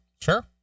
Sure